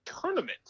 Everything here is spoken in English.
tournament